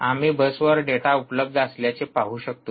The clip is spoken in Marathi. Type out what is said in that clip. आम्ही बसवर डेटा उपलब्ध असल्याचे पाहू शकतो